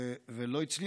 ולא הצליח.